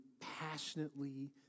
passionately